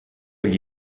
gli